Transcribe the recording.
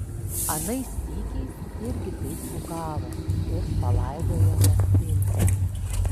anais sykiais irgi taip kukavo ir palaidojome vincę